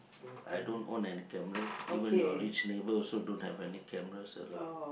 I don't own an camera even your rich neighbor also don't have any cameras at all